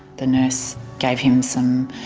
the nurse gave him some